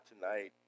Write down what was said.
tonight